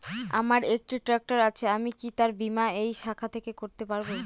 আমার একটি ট্র্যাক্টর আছে আমি কি তার বীমা এই শাখা থেকে করতে পারব?